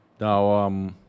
Now